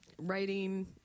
writing